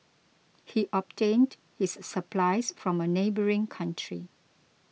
he obtained his supplies from a neighbouring country